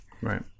Right